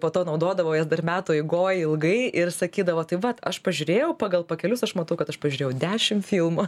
po to naudodavo jas dar metų eigoj ilgai ir sakydavo tai vat aš pažiūrėjau pagal pakelius aš matau kad aš pažiūrėjau dešim filmų